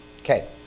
Okay